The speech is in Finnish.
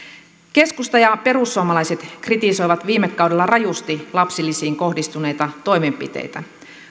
keskusta ja perussuomalaiset kritisoivat viime kaudella rajusti lapsilisiin kohdistuneita toimenpiteitä